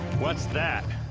what's that?